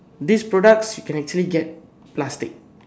these products you can actually get plastic